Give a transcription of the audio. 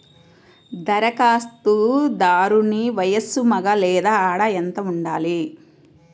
ధరఖాస్తుదారుని వయస్సు మగ లేదా ఆడ ఎంత ఉండాలి?